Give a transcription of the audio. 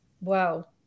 Wow